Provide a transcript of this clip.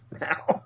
now